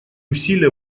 усилия